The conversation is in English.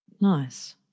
Nice